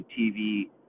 TV